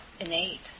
innate